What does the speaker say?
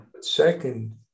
second